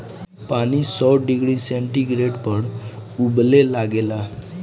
पानी सौ degree centigrade पर उबले लागेला